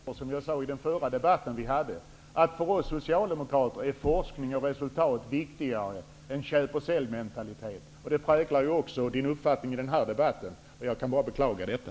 Herr talman! Jag får säga till Kenneth Attefors, som jag sade i den förra debatten, att för oss socialdemokrater är forskning och resultat viktigare än köp och säljmentalitet. Det präglar också Kenneth Attefors uppfattning i den här debatten, och jag kan bara beklaga detta.